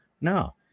No